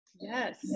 Yes